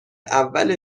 اول